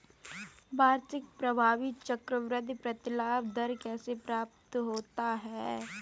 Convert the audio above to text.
वार्षिक प्रभावी चक्रवृद्धि प्रतिलाभ दर कैसे प्राप्त होता है?